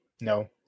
No